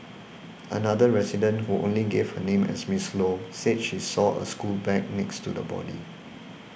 another resident who only gave her name as Miss Low said she saw a school bag next to the body